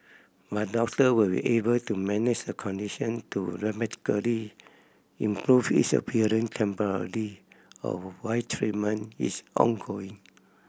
but doctor will be able to manage the condition to dramatically improve its appearance temporarily or while treatment is ongoing